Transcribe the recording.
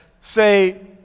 say